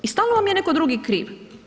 I stalno vam je netko drugi kriv.